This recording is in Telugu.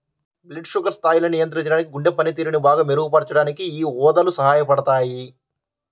బ్లడ్ షుగర్ స్థాయిల్ని నియంత్రించడానికి, గుండె పనితీరుని బాగా మెరుగుపరచడానికి యీ ఊదలు సహాయపడతయ్యి